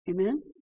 Amen